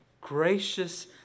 gracious